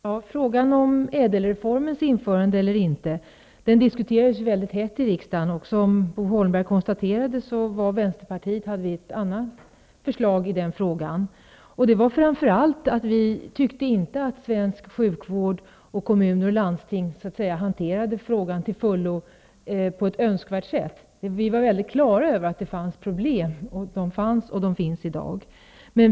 Herr talman! Frågan om ÄDEL-reformens införande eller inte har utgjort en het diskussion i riksdagen. Som Bo Holmberg konstaterade hade Vänsterpartiet ett annat förslag i den frågan. Vi i Vänsterpartiet tyckte inte att svensk sjukvård och kommuner och landsting hanterade frågan på ett till fullo önskvärt sätt. Vi var klara över att det fanns och finns problem.